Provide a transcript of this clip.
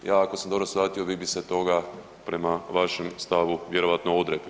Ja ako sam dobro shvatio, vi bi se toga prema vašem stavu vjerovatno odrekli.